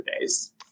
days